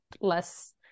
less